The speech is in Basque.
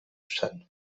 zen